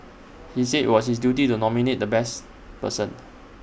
he said IT was his duty to nominate the best person